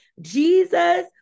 Jesus